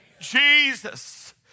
Jesus